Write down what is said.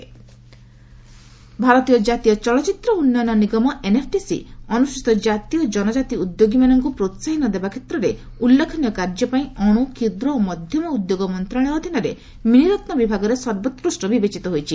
NFDC award ଭାରତୀୟ କ୍ଷାତୀୟ ଚଳଚ୍ଚିତ୍ର ଉନ୍ନୟନ ନିଗମ ଏନ୍ଏଫ୍ଡିସି ଅନୁସୂଚିତ ଓ ଜାତି ଓ ଜନକ୍ରାତି ଉଦ୍ୟୋଗୀମାନଙ୍କୁ ପ୍ରୋହାହନ ଦେବା କ୍ଷେତ୍ରରେ ଉଲ୍ଲେଖନୀୟ କାର୍ଯ୍ୟ ପାଇଁ ଅଣୁ କ୍ଷୁଦ୍ର ଓ ମଧ୍ୟମ ଉଦ୍ୟୋଗ ମନ୍ତ୍ରଣାଳୟ ଅଧୀନରେ ମିନିରନ୍ ବିଭାଗରେ ସର୍ବୋକୁଷ୍ଟ ବିବେଚିତ ହୋଇଛି